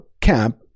camp